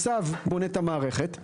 מס"ב בונה את המערכת,